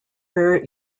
where